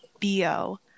BO